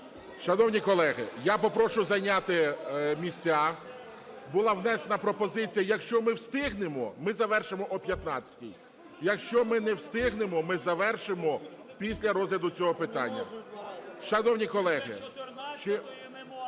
шановні колеги, я попрошу зайняти місця. Була внесена пропозиція, якщо ми встигнемо, ми завершимо о 15, якщо ми не встигнемо, ми завершимо після розгляду цього питання. Шановні колеги… ГОЛОС